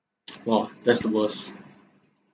!wah! that's the worst